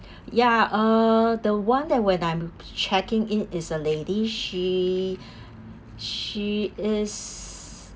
ya uh the one that when I'm checking in is a lady she she is